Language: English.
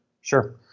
Sure